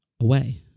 away